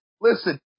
Listen